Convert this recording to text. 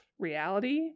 reality